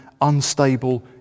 unstable